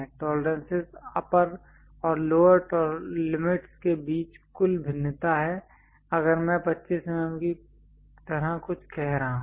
tolerances upper और lower limits के बीच कुल भिन्नता है अगर मैं 25 mm की तरह कुछ कह रहा हूं